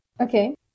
okay